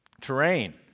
Terrain